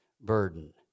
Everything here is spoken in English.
Burden